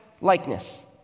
likeness